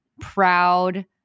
proud